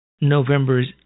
November's